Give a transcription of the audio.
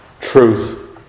Truth